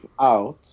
out